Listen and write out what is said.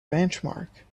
benchmark